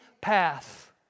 path